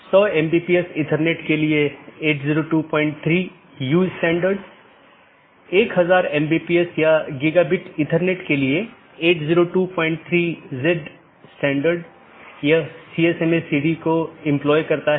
और एक autonomous system एक ही संगठन या अन्य सार्वजनिक या निजी संगठन द्वारा प्रबंधित अन्य ऑटॉनमस सिस्टम से भी कनेक्ट कर सकती है